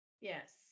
Yes